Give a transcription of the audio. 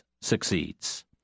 succeeds